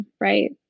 right